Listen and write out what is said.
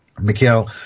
Mikhail